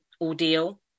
ordeal